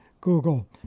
Google